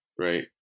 right